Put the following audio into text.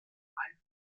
ein